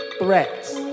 Threats